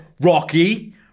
Rocky